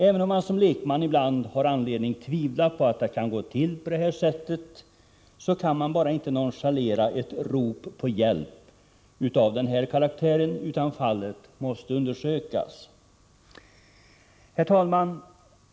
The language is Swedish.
Även om man som lekman i vissa fall har anledning att tvivla på att det kan ha gått till så som patienten beskriver det, kan man inte bara nonchalera ett rop på hjälp av den här karaktären, utan fallet måste undersökas. Herr talman!